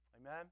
Amen